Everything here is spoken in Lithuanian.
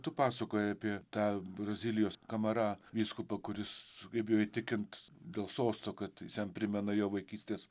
tu pasakojai apie tą brazilijos kamara vyskupą kuris sugebėjo įtikint dėl sosto kad jis jam primena jo vaikystės